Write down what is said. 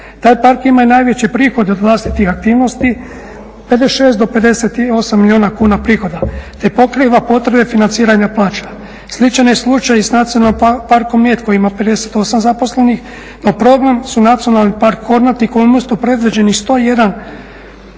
Taj park ima i najveće prihode od vlastitih aktivnosti, 56 do 58 milijuna kuna prihoda te pokriva potrebe financiranja plaća. Sličan je slučaj i s Nacionalnim parkom Mljet koji ima 58 zaposlenih, no problem su Nacionalni park Kornati koji umjesto previđenih 101